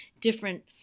different